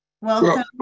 welcome